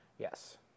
Yes